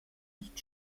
nicht